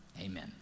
Amen